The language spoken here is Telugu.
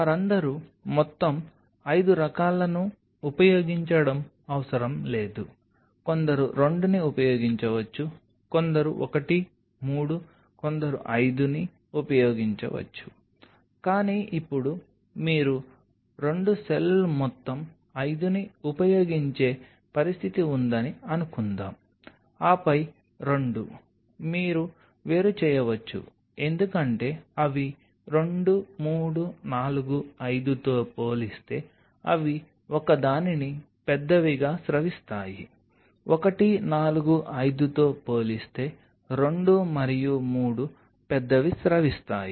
వారందరూ మొత్తం 5 రకాలను ఉపయోగించడం అవసరం లేదు కొందరు 2ని ఉపయోగించవచ్చు కొందరు 1 3 కొందరు 5ని ఉపయోగించవచ్చు కానీ ఇప్పుడు మీరు 2 సెల్లు మొత్తం 5ని ఉపయోగించే పరిస్థితి ఉందని అనుకుందాం ఆపై 2 మీరు వేరు చేయవచ్చు ఎందుకంటే అవి 2 3 4 5తో పోలిస్తే అవి ఒకదానిని పెద్దవిగా స్రవిస్తాయి 1 4 5తో పోలిస్తే 2 మరియు 3 పెద్దవి స్రవిస్తాయి